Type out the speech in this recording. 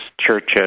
churches